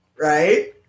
right